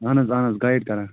اَہن حظ اَہن حظ گایڈ کَران